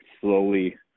slowly